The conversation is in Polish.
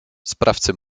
sprawcy